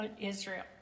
Israel